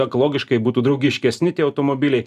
ekologiškai būtų draugiškesni tie automobiliai